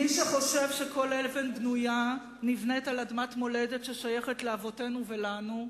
מי שחושב שכל אבן בנויה נבנית על אדמת מולדת ששייכת לאבותינו ולנו,